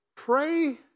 Pray